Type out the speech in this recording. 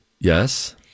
Yes